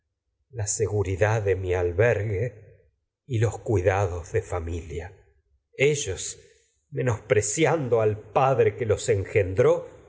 la seguridad de mi albergue y los cuidados de tragbdías de sofocles familia ellos menospreciando al padre el que los engen